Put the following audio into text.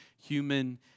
human